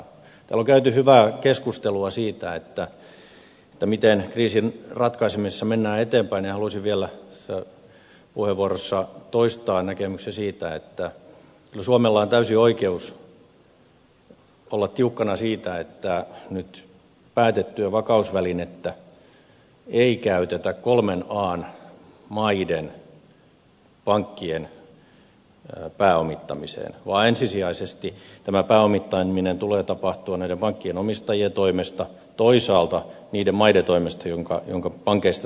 täällä on käyty hyvää keskustelua siitä miten kriisin ratkaisemisessa mennään eteenpäin ja haluaisin vielä tässä puheenvuorossa toistaa näkemyksen siitä että kyllä suomella on täysi oikeus olla tiukkana siinä että nyt päätettyä vakausvälinettä ei käytetä kolmen an maiden pankkien pääomittamiseen vaan ensisijaisesti tämän pääomittamisen tulee tapahtua näiden pankkien omistajien toimesta toisaalta niiden maiden toimesta joiden pankeista tässä on kysymys